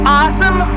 awesome